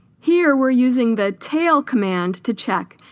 here we're using the tail command to check